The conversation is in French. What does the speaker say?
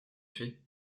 fais